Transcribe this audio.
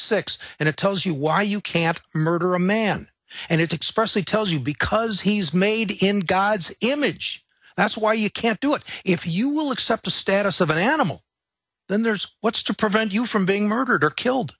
six and it tells you why you can't murder a man and it's expressly tells you because he's made in god's image that's why you can't do it if you will accept the status of an animal then there's what's to prevent you from being murdered or killed